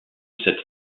cette